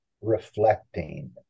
reflecting